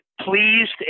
pleased